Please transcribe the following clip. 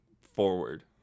forward